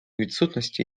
відсутності